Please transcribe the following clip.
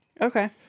Okay